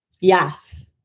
Yes